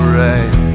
right